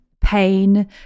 pain